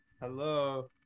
hello